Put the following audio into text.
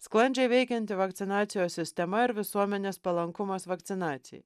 sklandžiai veikianti vakcinacijos sistema ir visuomenės palankumas vakcinacijai